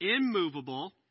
immovable